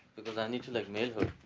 because i need to like mail her